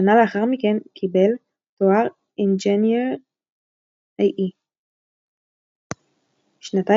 שנה לאחר מכן קיבל תואר Ingenieur EE. שנתיים